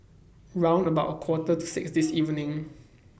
round about A Quarter to six This evening